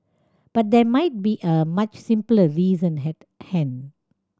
but there might be a much simpler reason had hand